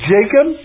Jacob